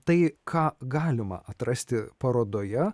tai ką galima atrasti parodoje